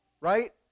Right